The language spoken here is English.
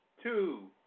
Two